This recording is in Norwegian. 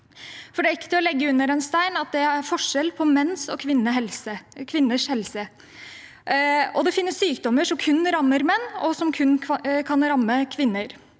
det er ikke til å stikke under stol at det er forskjell på menns og kvinners helse, og at det finnes sykdommer som kun rammer menn, og som kun kan ramme kvinner.